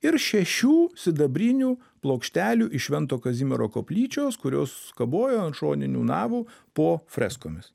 ir šešių sidabrinių plokštelių iš švento kazimiero koplyčios kurios kabojo ant šoninių navų po freskomis